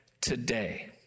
today